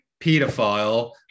pedophile